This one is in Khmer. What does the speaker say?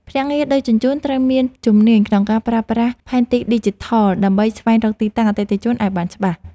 ភ្នាក់ងារដឹកជញ្ជូនត្រូវមានជំនាញក្នុងការប្រើប្រាស់ផែនទីឌីជីថល ដើម្បីស្វែងរកទីតាំងអតិថិជនឱ្យបានច្បាស់។